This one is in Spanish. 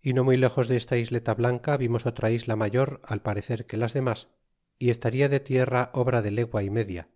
y no muy lejos desta isleta blanca vimos otra isla mayor al parecer que las demas y estaria de tierra obra de legua y inedia